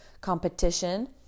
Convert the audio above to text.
competition